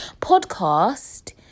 podcast